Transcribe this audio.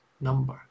number